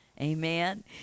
Amen